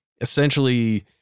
essentially